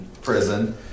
prison